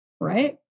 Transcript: Right